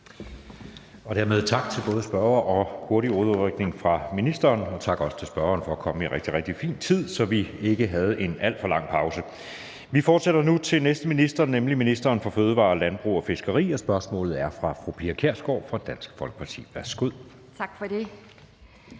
og tak til ministeren for hurtig udrykning. Også tak til spørgeren for at komme i rigtig, rigtig fin tid, så vi ikke havde en alt for lang pause. Vi fortsætter nu til den næste minister, nemlig ministeren for fødevarer, landbrug og fiskeri, og spørgsmålet er fra fru Pia Kjærsgaard fra Dansk Folkeparti. Kl. 14:04 Spm.